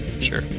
Sure